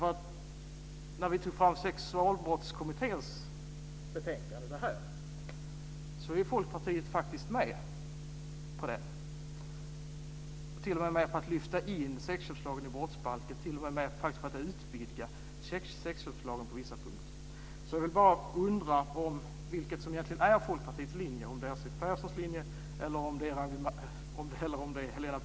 Folkpartiet är ju med på Sexualbrottskommitténs betänkande, bl.a. på att lyfta in sexköpslagen i brottsbalken och att på vissa punkter utvidga sexköpslagen. Vilken är Folkpartiets linje? Är det Siw Perssons linje eller Helena Bargholtz linje i utredningen?